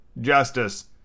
justice